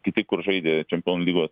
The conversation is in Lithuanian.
kiti kur žaidė čempionų lygos